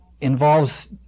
involves